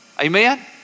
Amen